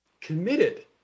committed